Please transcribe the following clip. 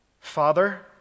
Father